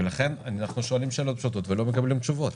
ולכן אנחנו שואלים שאלות פשוטות ולא מקבלים תשובות.